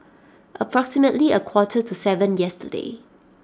approximately a quarter to seven yesterday